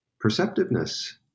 perceptiveness